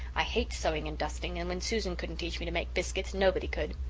i hate sewing and dusting, and when susan couldn't teach me to make biscuits nobody could.